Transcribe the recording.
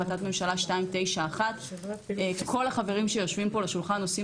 החלטת ממשלה 291. כל החברים שיושבים פה לשולחן עושים